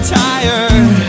tired